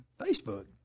Facebook